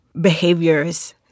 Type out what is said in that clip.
behaviors